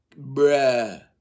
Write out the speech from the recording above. bruh